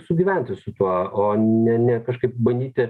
sugyventi su tuo o ne ne kažkaip bandyti